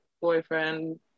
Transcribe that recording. boyfriend